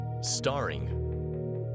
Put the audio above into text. Starring